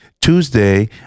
Tuesday